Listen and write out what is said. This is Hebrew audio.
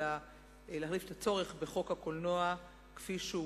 אלא להחליף את הצורך בחוק הקולנוע כפי שהוא